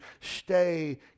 stay